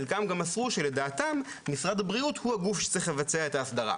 חלקם גם מסרו שלדעתם משרד הבריאות הוא הגוף שצריך לבצע את ההסדרה.